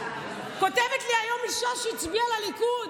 כותבת לי היום אישה שהצביעה לליכוד,